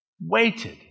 Waited